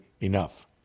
enough